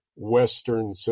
western